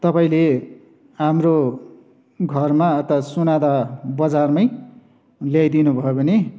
तपाईँले हाम्रो घरमा त सोनादा बजारमै ल्याइदिनु भयो भने